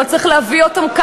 אבל צריך להביא אותם,